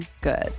good